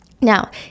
Now